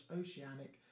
oceanic